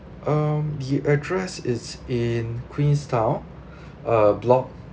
um the address is in queenstown uh block